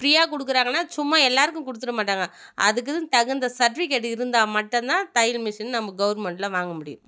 ஃப்ரியாக கொடுக்குறாங்கன்னா சும்மா எல்லாேருக்கும் கொடுத்துற மாட்டாங்க அதுக்குன்னு தகுந்த சர்டிவிக்கேட் இருந்தால் மட்டும்தான் தையல் மிஷின் நம்ம கவுர்மெண்ட்டில் வாங்க முடியும்